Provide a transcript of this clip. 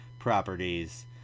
properties